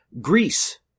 Greece